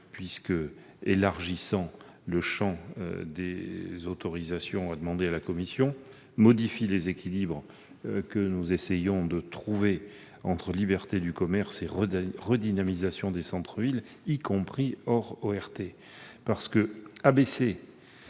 qui élargissent le champ des autorisations obligatoires de la commission, modifient les équilibres que nous essayons de trouver entre liberté du commerce et redynamisation des centres-villes, y compris hors ORT.